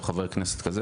או חבר כנסת,